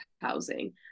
housing